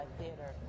theater